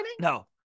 No